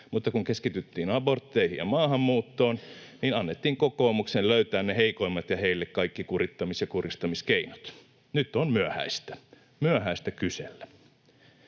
mutta kun keskityttiin abortteihin ja maahanmuuttoon, niin annettiin kokoomuksen löytää ne heikoimmat ja heille kaikki kurittamis- ja kurjistamiskeinot. Nyt on myöhäistä —